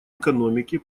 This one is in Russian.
экономики